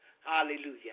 Hallelujah